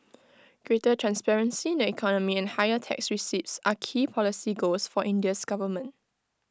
greater transparency in the economy and higher tax receipts are key policy goals for India's government